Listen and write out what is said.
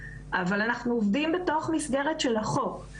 אבל אנחנו עובדים בתוך מסגרת של החוק.